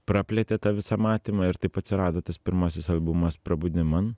praplėtė tą visą matymą ir taip atsirado tas pirmasis albumas prabudiman